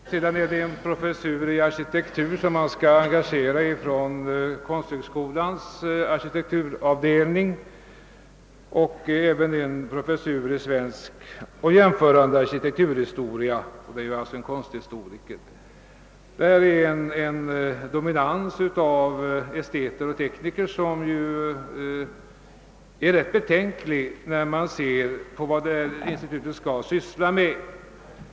Dessutom föreslås att professorn i arkitektur från konsthögskolans arkitekturavdelning och professorn i svensk och jämförande arkitekturhistoria från samma institution skall knytas till institutet. Denna dominans av estetiker och tekniker är rätt betänklig med hänsyn till vad detta institut skall syssla med.